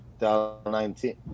2019